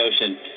Ocean